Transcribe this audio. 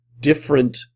different